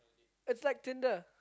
it's like Tinder